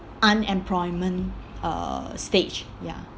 unemployment uh stage ya